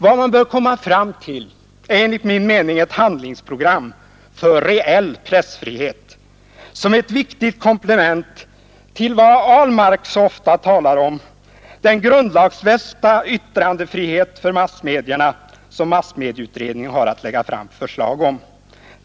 Vad man bör komma fram till är enligt min mening ett handlingsprogram för reell pressfrihet som ett viktigt komplement till vad herr Ahlmark så ofta talat om, den grundlagsfästa yttrandefrihet för massmedierna som massmedieutredningen har att lägga fram förslag om.